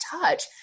touch